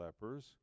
lepers